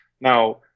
Now